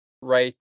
right